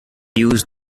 use